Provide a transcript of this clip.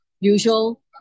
usual